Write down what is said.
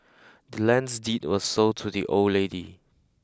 the land's deed was sold to the old lady